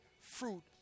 fruit